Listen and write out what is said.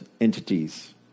entities